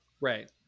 right